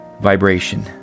vibration